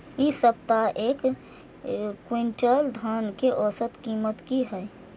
इ सप्ताह एक क्विंटल धान के औसत कीमत की हय?